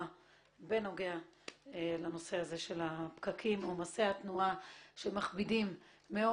בנוגע לנושא הפקקים ועומסי התנועה שמכבידים מאוד,